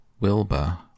Wilbur